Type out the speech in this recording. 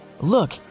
Look